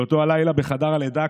באותו הלילה בחדר הלידה,